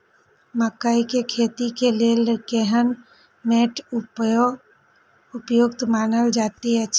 मकैय के खेती के लेल केहन मैट उपयुक्त मानल जाति अछि?